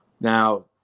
Now